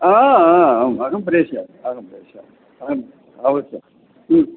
अहम् अहं प्रेषयामि अहं प्रेषयामि अहं अवश्यं